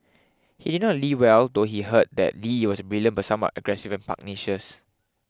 he did not Lee well though he heard that Lee was brilliant but somewhat aggressive and pugnacious